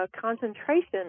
Concentration